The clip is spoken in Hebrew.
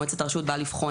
מועצת הרשות באה לבחון,